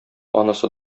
анысы